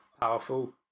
powerful